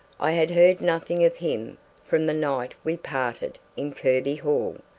i had heard nothing of him from the night we parted in kirby hall.